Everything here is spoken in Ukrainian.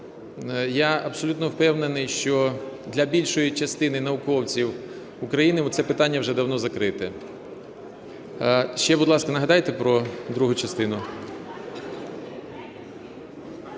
я абсолютно впевнений, що для більшої частини науковців України це питання вже давно закрите. Ще, будь ласка, нагадайте про другу частину.